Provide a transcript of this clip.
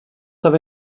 have